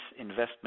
investment